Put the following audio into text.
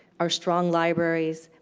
our strong libraries.